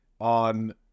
on